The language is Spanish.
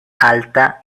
alta